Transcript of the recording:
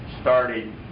started